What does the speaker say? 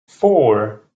four